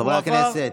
חברי הכנסת.